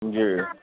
जी